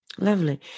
Lovely